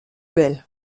belle